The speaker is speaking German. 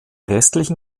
restlichen